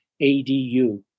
ADU